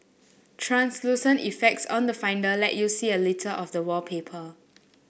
translucent effects on the Finder let you see a little of the wallpaper